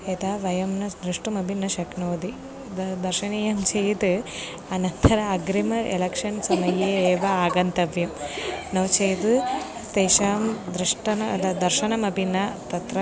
यदा वयं न दृष्टुमपि न शक्नोति द दर्शनीयं चेत् अनन्तरं अग्रिमे एलेक्षन् समये एव आगन्तव्यं नो चेत् तेषां दृष्टं दर्शनमपि न तत्र